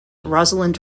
rosalind